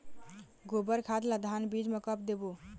गोबर खाद ला धान बीज म कब देबो?